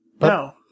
No